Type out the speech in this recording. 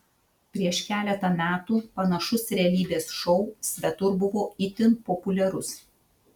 prieš keletą metų panašus realybės šou svetur buvo itin populiarus